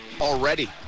already